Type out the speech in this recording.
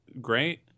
great